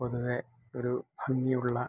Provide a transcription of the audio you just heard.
പൊതുവേ ഒരു ഭംഗിയുള്ള